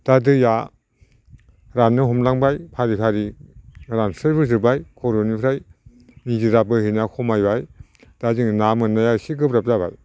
दा दैया राननो हमलांबाय फारि फारि रानस्रायबोजोब्बाय खर'निफ्राय निजोरा बोहैनाया खमायबाय दा जोङो ना मोननाया एसे गोब्राब जाबाय